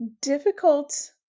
difficult